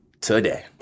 today